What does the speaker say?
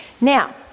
Now